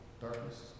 darkness